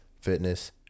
fitness